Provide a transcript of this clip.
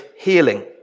healing